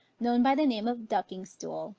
known by the name of ducking-stool,